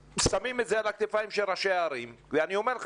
שמים את זה על כתפי ראשי הערים ואני אומר לך